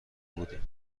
بودیم